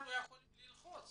אנחנו יכולים ללחוץ